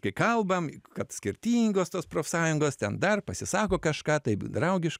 kai kalbam kad skirtingos tos profsąjungos ten dar pasisako kažką taip draugiškai